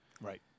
Right